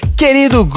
querido